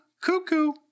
cuckoo